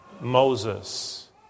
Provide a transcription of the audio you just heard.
Moses